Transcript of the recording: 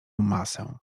masę